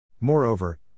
Moreover